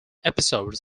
episodes